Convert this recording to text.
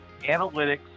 analytics